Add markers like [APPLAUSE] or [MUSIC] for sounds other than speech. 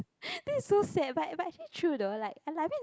[BREATH] that's so sad but but actually true though like like I mean